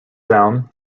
down